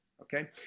okay